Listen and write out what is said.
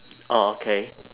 orh okay